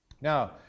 Now